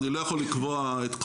אני לא יכול לקבוע תשובות,